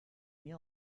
mir